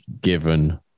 given